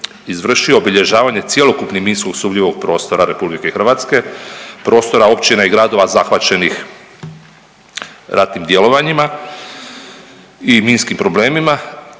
izvršio obilježavanje cjelokupnog minski sumnjivog prostora Republike Hrvatske, prostora općina i gradova zahvaćenih ratnim djelovanjima i minskim problemima